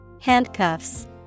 Handcuffs